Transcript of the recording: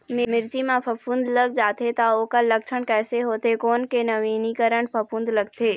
मिर्ची मा फफूंद लग जाथे ता ओकर लक्षण कैसे होथे, कोन के नवीनीकरण फफूंद लगथे?